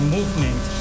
Movement